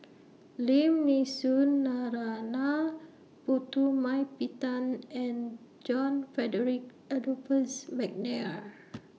Lim Nee Soon Narana Putumaippittan and John Frederick Adolphus Mcnair